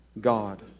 God